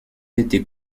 été